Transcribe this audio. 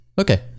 Okay